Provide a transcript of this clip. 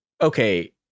okay